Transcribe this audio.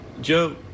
Joe